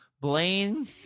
blaine